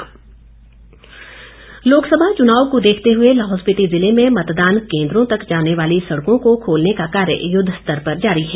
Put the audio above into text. लाहौल लोकसभा चुनाव को देखते हुए लाहौल स्पिति जिले में मतदान केन्द्रों तक जाने वाली सड़कों को खोलने का कार्य युद्धस्तर पर जारी है